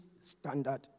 Standard